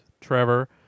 Trevor